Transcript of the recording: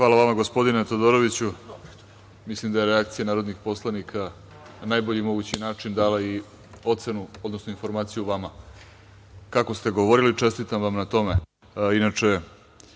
Hvala vama, gospodine Todoroviću. Mislim da je reakcija narodnih poslanika na najbolji mogući način dala i ocenu, odnosno informaciju vama kako ste govorili. Čestitam vam na tome.